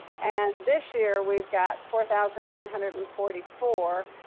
and this year we've got four thousand nine hundred and forty four,